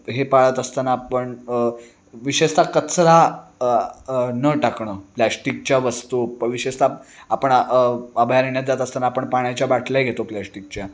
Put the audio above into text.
हे पाळत असताना आपण विशेषतः कचरा न टाकणं प्लॅश्टिकच्या वस्तू विशेषतः आपण अभयारण्यात जात असताना आपण पाण्याच्या बाटल्या घेतो प्लॅश्टिकच्या